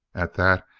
at that,